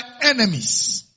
enemies